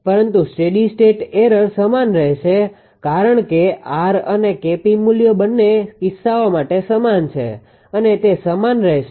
પરંતુ steady state error સમાન રહેશે કારણ કે R અને 𝐾𝑝 મૂલ્યો બંને કિસ્સાઓ માટે સમાન છે અને તે સમાન રહેશે